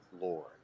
Lord